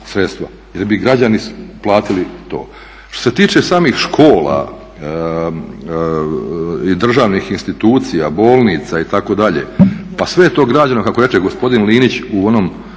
jer bi građani platili to. Što se tiče samih škola i državnih institucija, bolnica itd. pa sve je to građeno kako reče gospodin Linić u onom